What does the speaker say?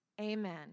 amen